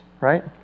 right